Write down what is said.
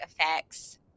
effects